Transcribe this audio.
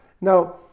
Now